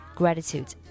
gratitude